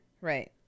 right